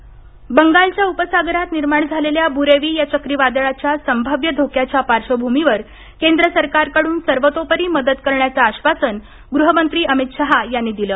बुरेवी बंगालच्या उपसागरात निर्माण झालेल्या बुरेवी या चक्रीवादळच्या संभाव्य धोक्याच्या पार्श्वभूमीवर केंद्र सरकारकडून सर्वतोपरी मदत करण्याचं आश्वासन गृहमंत्री अमित शहा यांनी दिलं